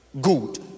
Good